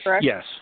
Yes